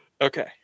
Okay